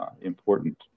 important